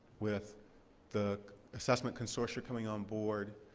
with the assessment consortia coming on board,